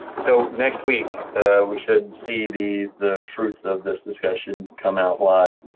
so next week we should see the the fruits of this discussion come out live